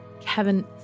Kevin